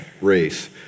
race